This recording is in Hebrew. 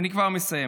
אני כבר מסיים.